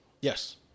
Yes